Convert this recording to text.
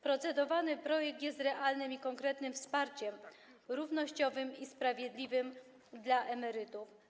Procedowany projekt jest realnym i konkretnym wsparciem równościowym i sprawiedliwym dla emerytów.